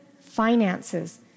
finances